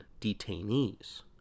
detainees